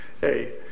hey